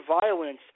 violence